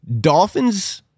Dolphins